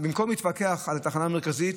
במקום להתווכח על התחנה המרכזית,